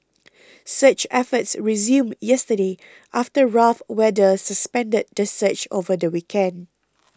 search efforts resumed yesterday after rough weather suspended the search over the weekend